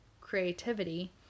creativity